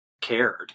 cared